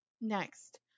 Next